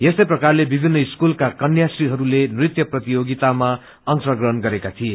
यस्तै प्रकारले विभित्र स्कलुका कन्याश्रीहरूले नृत्य प्रतियोगितामा अंश ग्रहण गरेका थिए